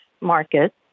market